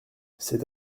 c’est